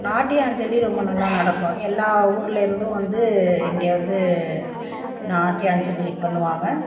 நாட்டியாஞ்சலி ரொம்ப நல்லா நடக்கும் எல்லா ஊர்லிருந்தும் வந்து இங்கே வந்து நாட்டியாஞ்சலி பண்ணுவாங்க